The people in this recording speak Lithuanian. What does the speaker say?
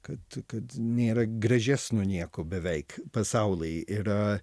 kad kad nėra gražesnio nieko beveik pasauly yra